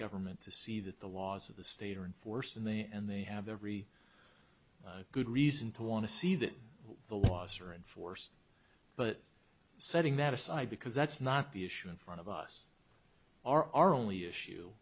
government to see that the laws of the state are in force and they and they have every good reason to want to see that the laws are enforced but setting that aside because that's not the issue in front of us our only issue